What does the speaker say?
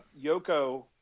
Yoko